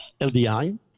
LDI